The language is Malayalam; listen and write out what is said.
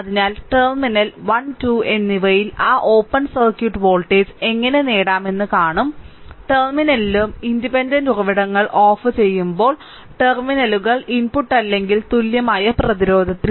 അതിനാൽ ടെർമിനൽ 1 2 എന്നിവയിൽ ആ ഓപ്പൺ സർക്യൂട്ട് വോൾട്ടേജ് എങ്ങനെ നേടാമെന്ന് കാണും ടെർമിനലിലും ഇൻഡിപെൻഡന്റ് ഉറവിടങ്ങൾ ഓഫുചെയ്യുമ്പോൾ ടെർമിനലുകളിൽ ഇൻപുട്ട് അല്ലെങ്കിൽ തുല്യമായ പ്രതിരോധത്തിൽ